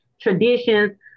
traditions